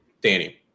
Danny